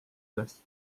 üles